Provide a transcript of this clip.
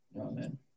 Amen